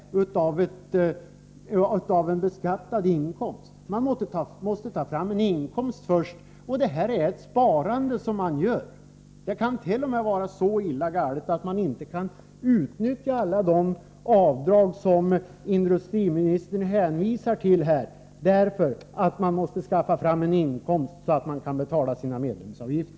Man måste alltså först ta fram en inkomst — det är ett sparande som man gör. Det kan t.o.m. vara så galet att man inte kan utnyttja alla de avdrag som industriministern hänvisar till därför att man måste skaffa fram en inkomst så att man kan betala sina medlemsavgifter.